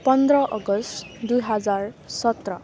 पन्ध्र अगस्ट दुई हजार सत्र